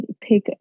pick